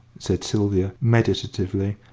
said sylvia, meditatively,